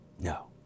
no